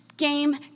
game